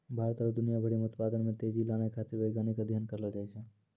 भारत आरु दुनिया भरि मे उत्पादन मे तेजी लानै खातीर वैज्ञानिक अध्ययन करलो जाय छै